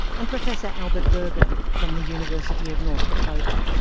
and professor albert berger, from the university of north dakota.